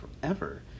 forever